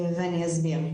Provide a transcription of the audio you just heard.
ואני אסביר.